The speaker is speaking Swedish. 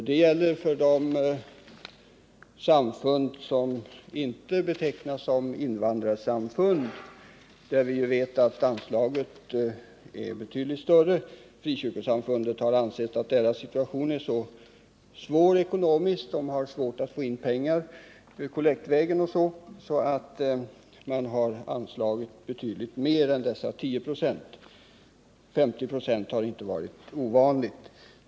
Det gäller för de samfund som inte betecknas som invandrarsamfund — för dessa är anslaget, som vi vet, betydligt större. Frikyrkorådet har ansett att invandrarsamfundens situation är så svår ekonomiskt — de har svårt att få in pengar kollektvägen osv. — att man har anslagit betydligt mer än dessa 10 96; 50 96 har inte varit ovanligt.